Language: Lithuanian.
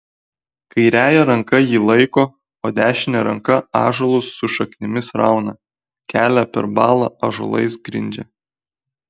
kairiąja ranka jį laiko o dešine ranka ąžuolus su šaknimis rauna kelią per balą ąžuolais grindžia